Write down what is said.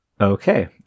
Okay